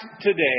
today